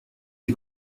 est